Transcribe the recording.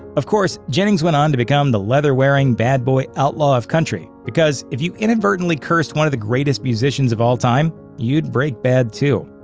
of course, jennings went on to become the leather-wearing, bad boy outlaw of country, because if you had inadvertently cursed one of the greatest musicians of all time, you'd break bad, too.